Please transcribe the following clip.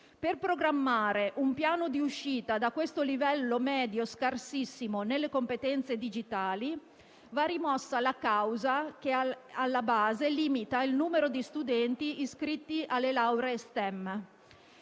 Per programmare un piano di uscita da questo livello medio scarsissimo nelle competenze digitali, va rimossa la causa che alla base limita il numero di studenti iscritti alle lauree in